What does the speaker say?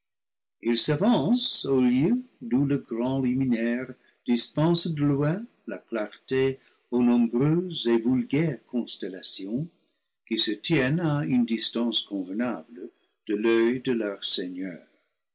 il s'avance au lieu d'où le grand luminaire dispense de loin la clarté aux nombreuses et vulgaires contellations qui se tiennent à une distance convenable de l'oeil de leur seigneur